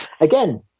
Again